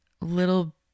little